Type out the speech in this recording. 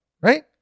Right